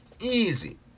Easy